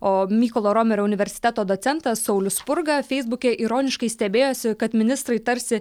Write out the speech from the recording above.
o mykolo romerio universiteto docentas saulius spurga feisbuke ironiškai stebėjosi kad ministrai tarsi